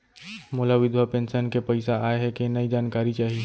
मोला विधवा पेंशन के पइसा आय हे कि नई जानकारी चाही?